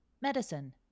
medicine